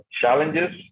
challenges